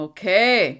Okay